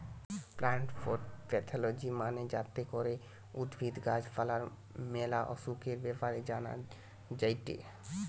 plant pathology মানে যাতে করে উদ্ভিদ, গাছ পালার ম্যালা অসুখের ব্যাপারে জানা যায়টে